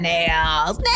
Nails